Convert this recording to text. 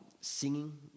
Singing